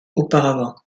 auparavant